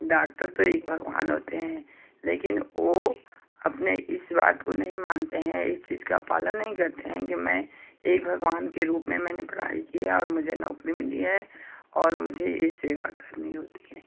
doctor तो एक भगवान होते हैं लेकिन वो अपने इस बात को नहीं मानते हैं इस चीज का पालन नहीं करते हैं कि मैं ये भगवान के रूप में मैंने पढ़ाई किया और मुझे नौकरी मिली है और मुझे ये सेवा करनी होती है